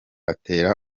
atera